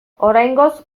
oraingoz